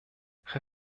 herr